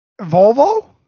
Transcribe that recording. Volvo